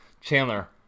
Chandler